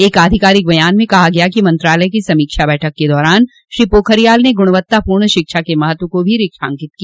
एक अधिकारिक बयान में कहा गया कि मंत्रालय की समीक्षा बैठक के दौरान श्री पोखरियाल ने गुणक्तापूर्ण शिक्षा के महत्व् को भी रेखांकित किया